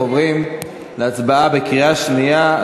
אנחנו עוברים להצבעה בקריאה שנייה על